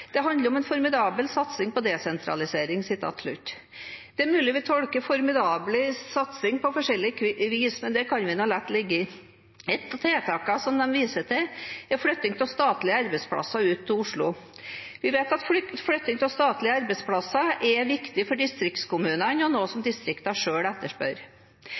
det handler om en formidabel satsing på desentralisering. Det er mulig vi tolker «formidabel satsing» på forskjellig vis, men det kan vi la ligge. Et av tiltakene de viser til, er flytting av statlige arbeidsplasser ut av Oslo. Vi vet at flytting av statlige arbeidsplasser er viktig for distriktskommunene og noe distriktene selv etterspør.